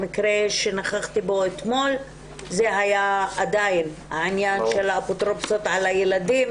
במקרה שנכחתי בו אתמול זה היה עדיין העניין של האפוטרופסות על הילדים.